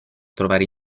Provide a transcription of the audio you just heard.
trovare